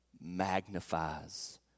magnifies